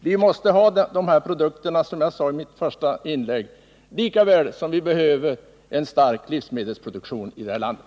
Vi måste ha dessa produkter, som jag sade i mitt första inlägg, lika väl som vi behöver en stark livsmedelsproduktion i det här landet.